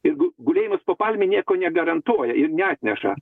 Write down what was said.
jeigu gulėjimas po palme nieko negarantuoja neatneša